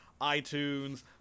iTunes